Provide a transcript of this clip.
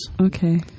Okay